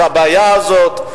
את הבעיה הזאת,